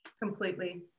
completely